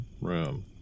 room